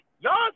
Y'all